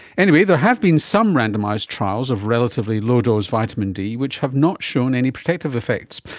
anyway, there have been some randomised trials of relatively low dose vitamin d which have not shown any protective effects,